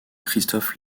christophe